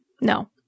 No